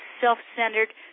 self-centered